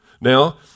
Now